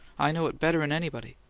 i know it better'n anybody!